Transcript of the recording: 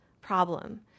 problem